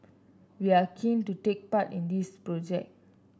we are keen to take part in this project